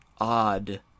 odd